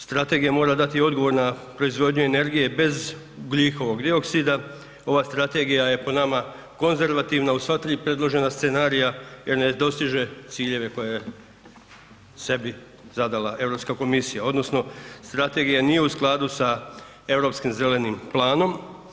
Strategija mora dati odgovor na proizvodnju energije bez ugljikovog dioksida, ova strategija je po nama konzervativna u sva tri predložena scenarija jer ne dostiže ciljeve koje je sebi zadala Europska komisija odnosno strategija nije u skladu sa Europskim zelenim planom.